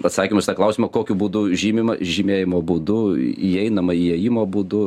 atsakymas į tą klausimą kokiu būdu žymima žymėjimo būdu įeinama įėjimo būdu